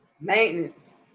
maintenance